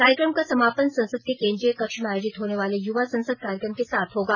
कार्यक्रम का समापन संसद के केन्द्रीय कक्ष में आयोजित होने वाले युवा संसद कार्यक्रम के साथ होगा